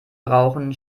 brauchen